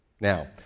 Now